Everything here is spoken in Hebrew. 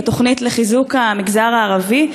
לתוכנית לחיזוק המגזר הערבי,